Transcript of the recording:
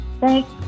Thanks